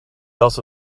also